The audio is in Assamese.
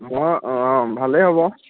অঁ অঁ ভালেই হ'ব